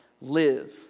live